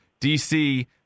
DC